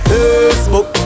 Facebook